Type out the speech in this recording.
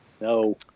No